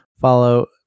follow